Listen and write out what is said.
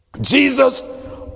Jesus